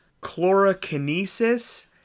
chlorokinesis